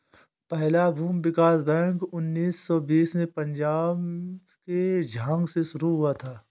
पहला भूमि विकास बैंक उन्नीस सौ बीस में पंजाब के झांग में शुरू हुआ था